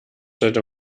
sollte